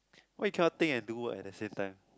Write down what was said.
why you cannot think and do work at the same time